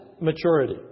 maturity